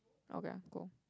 okay cool